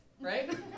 right